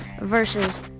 versus